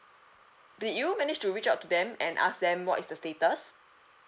did you manage to reach out to them and ask them what is the status